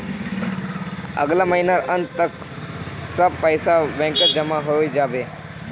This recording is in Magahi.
अगला महीनार अंत तक सब पैसा बैंकत जमा हइ जा बे